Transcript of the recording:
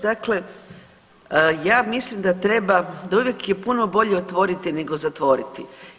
Dakle, ja mislim da treba, da uvijek je puno bolje otvoriti nego zatvoriti.